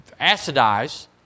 acidize